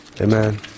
Amen